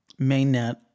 mainnet